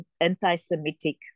anti-Semitic